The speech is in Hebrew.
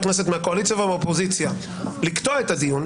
כנסת מהקואליציה ומהאופוזיציה לקטוע את הדיון,